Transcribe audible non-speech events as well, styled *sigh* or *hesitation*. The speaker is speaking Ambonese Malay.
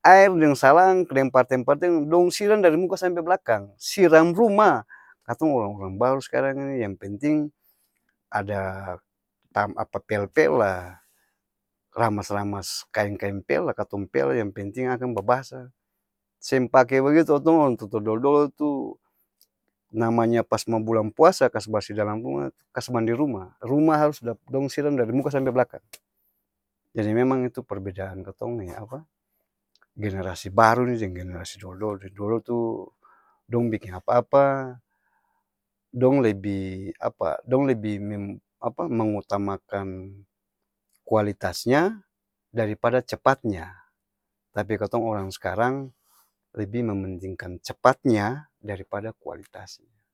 Aer deng salang, deng parteng-parteng dong sirang dari muka sampe b'lakang, sirang rumah! Katong orang-orang baru s'karang ini yang penting, ada apa pel-pel la ramas-ramas kaeng-kaeng pel la katong pel, yang penting akang babasa, seng pake bagitu katong orang tua-tua dolo-dolo tu, namanya pas mo bulan puasa, kas barsih dalam rumah, kas mandi rumah, rumah harus dong sirang dari muka sampe blakang, jadi memang itu perbedaan katong *hesitation* generasi baru deng generasi dolo-dolo, dolo-dolo tu, dong biking apa-apa, dong lebih *hesitation* mengutamakan kualitasnya, daripada cepatnya, tapi katong orang s'karang lebih mementingkan cepatnya, dari pada kualitasnya.